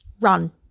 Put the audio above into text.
run